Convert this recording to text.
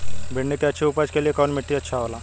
भिंडी की अच्छी उपज के लिए कवन मिट्टी अच्छा होला?